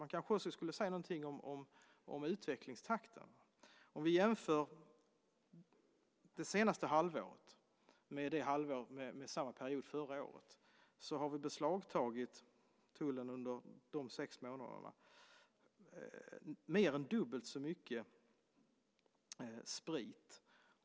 Jag kanske också ska säga något om utvecklingstakten. Om vi jämför det senaste halvåret med samma period förra året, har tullen beslagtagit mer än dubbelt så mycket sprit.